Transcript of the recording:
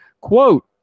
Quote